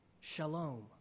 Shalom